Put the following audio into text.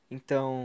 Então